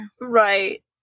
Right